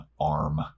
arm